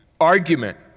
argument